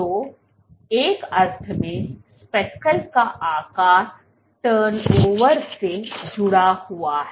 तो एक अर्थ में स्पेकल का आकार टर्नओवर से जुड़ा हुआ है